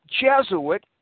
Jesuit